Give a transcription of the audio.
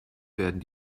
werden